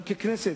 אנחנו ככנסת,